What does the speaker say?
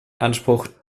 anspruch